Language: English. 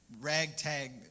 ragtag